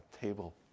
table